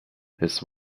his